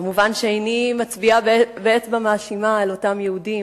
כמובן, איני מצביעה באצבע מאשימה על אותם יהודים,